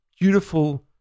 beautiful